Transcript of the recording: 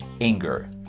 anger